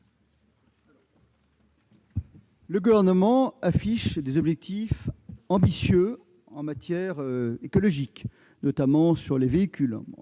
Le Gouvernement affiche des objectifs ambitieux en matière écologique, notamment sur les véhicules.